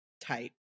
type